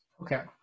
Okay